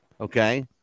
Okay